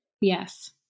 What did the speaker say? yes